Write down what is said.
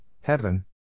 heaven